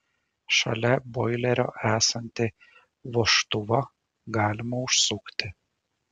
šalia boilerio esantį vožtuvą galima užsukti